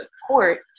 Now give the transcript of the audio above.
support